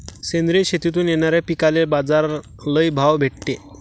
सेंद्रिय शेतीतून येनाऱ्या पिकांले बाजार लई भाव भेटते